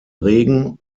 regen